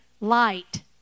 light